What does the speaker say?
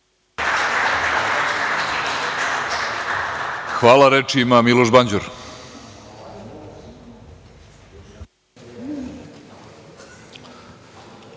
Hvala. Reč ima Miloš Banđur.